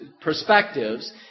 perspectives